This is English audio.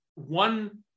One